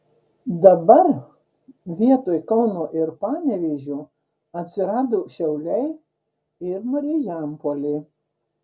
dabar vietoj kauno ir panevėžio atsirado šiauliai ir marijampolė